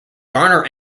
garner